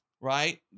right